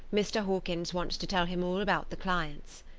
mr. hawkins wants to tell him all about the clients.